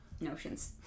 notions